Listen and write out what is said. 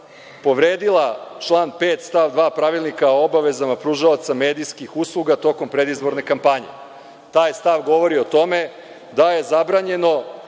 povredila član 5. stav 2. Pravilnika o obavezama pružaoca medijskih usluga tokom predizborne kampanje. Taj stav govori o tome da je zabranjeno